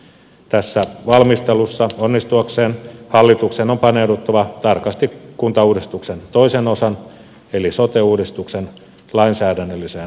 tässä valmistelussa onnistuakseen hallituksen on paneuduttava tarkasti kuntauudistuksen toisen osan eli sote uudistuksen lainsäädännölliseen valmisteluun